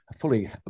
fully